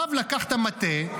הרב לקח את המטה,